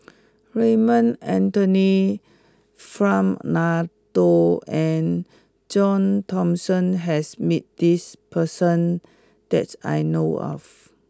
Raymond Anthony Fernando and John Thomson has meet this person that I know of